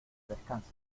descansa